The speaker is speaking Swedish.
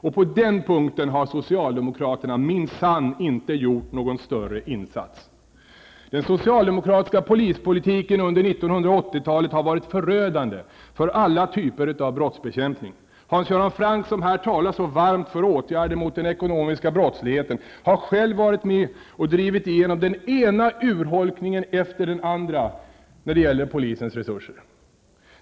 Och på den punkten har socialdemokraterna minsann inte gjort någon större insats. talet har varit förödande för alla typer av brottsbekämpning. Hans Göran Franck som här talar så varmt för åtgärder mot den ekonomiska brottsligheten har själv varit med och drivit igenom den ena urholkningen efter den andra av polisens resurser.